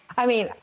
i mean,